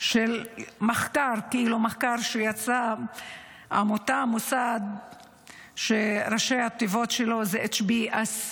של מחקר מעמותה או ממוסד שראשי התיבות שלו זה HBAC